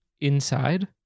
inside